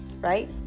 right